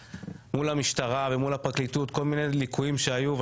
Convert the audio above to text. המשטרה ומול הפרקליטות על כל מיני ליקויים שהיו.